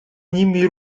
nimi